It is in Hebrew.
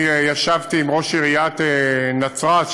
אני ישבתי עם ראש עיריית נצרת,